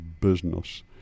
business